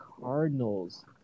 Cardinals